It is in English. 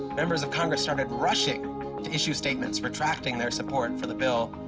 members of congress started rushing to issue statements retracting their support for the bill,